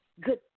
good